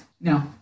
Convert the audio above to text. No